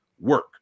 work